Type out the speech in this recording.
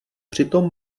přitom